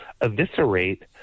eviscerate